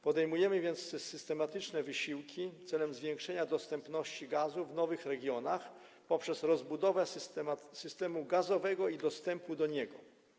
Podejmujemy więc systematyczne wysiłki celem zwiększenia dostępności gazu w nowych regionach poprzez rozbudowę systemu gazowego i dostępu do niego.